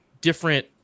different